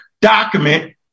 document